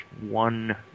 one